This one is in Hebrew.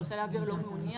אבל חיל האוויר לא מעוניין,